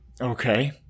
Okay